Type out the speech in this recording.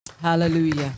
hallelujah